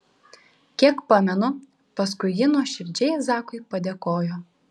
kiek pamenu paskui ji nuoširdžiai zakui padėkojo